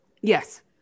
Yes